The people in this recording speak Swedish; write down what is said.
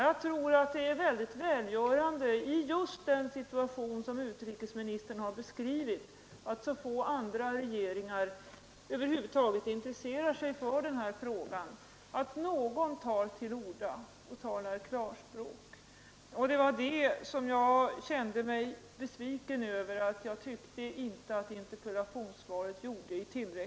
Jag tror det är välgörande i just den situation som utrikesministern har beskrivit, då så få andra regeringar intresserar sig för den här frågan, att någon talar klarspråk. Jag tyckte inte att interpellationssvaret gjorde det i tillräckligt hög grad, och det kände jag mig besviken över.